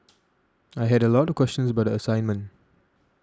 I had a lot of questions about the assignment